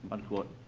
unquote.